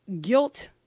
guilt